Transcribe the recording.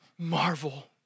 Marvel